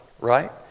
right